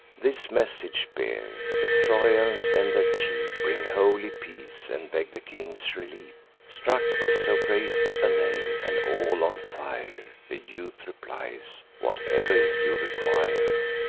this message bear the trojans and their chief bring holy peace, and beg the king's relief struck with so great a name, and all on fire, the youth replies whatever you require,